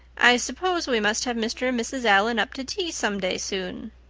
i suppose we must have mr. and mrs. allan up to tea someday soon,